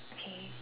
okay